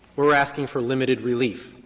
we're asking for limited relief.